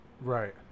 Right